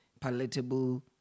palatable